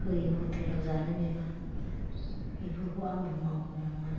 होयो ह'टेलाव जानो बिबा बेफोरखौ आंबो मावगौ नङो